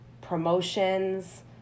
promotions